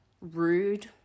rude